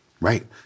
Right